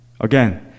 Again